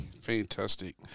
fantastic